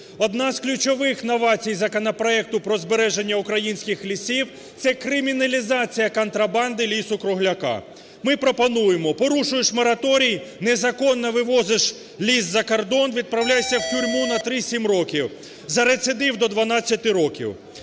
Одна з ключових новацій законопроекту про збереження українських лісів – це криміналізація контрабанди лісу-кругляка. Ми пропонуємо: порушуєш мораторій, незаконно вивозиш ліс за кордон - відправляйся в тюрму на 3-7 років, за рецидив – до 12 років.